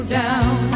down